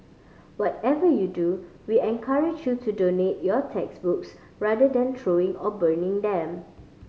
whatever you do we encourage you to donate your textbooks rather than throwing or burning them